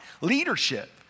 Leadership